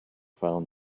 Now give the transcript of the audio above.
found